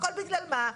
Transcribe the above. הכול בגלל מה?